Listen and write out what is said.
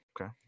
Okay